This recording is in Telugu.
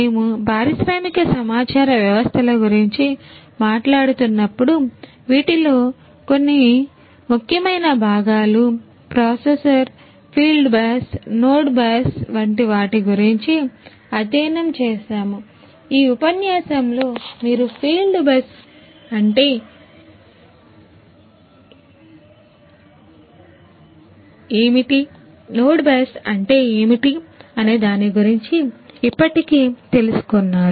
మేము పారిశ్రామిక సమాచార వ్యవస్థల గురించి మాట్లాడుతున్నప్పుడు వీటిలో కొన్ని ముఖ్యమైన భాగాలు ప్రాసెసర్ అంటే ఏమిటి అనే దాని గురించి ఇప్పటికే తెలుసుకున్నారు